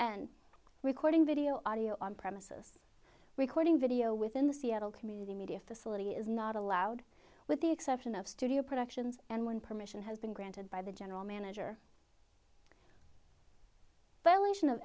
recording video audio on premises recording video within the seattle community media facility is not allowed with the exception of studio productions and when permission has been granted by the general manager but elevation of